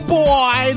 boy